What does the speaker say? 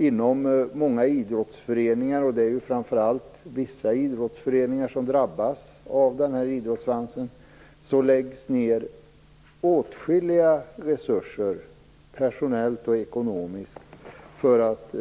Inom många idrottsföreningar, det är ju framför allt vissa idrottsföreningar som drabbas av den här idrottssvansen, läggs det ned åtskilliga resurser, personellt och ekonomiskt, för att